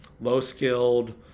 low-skilled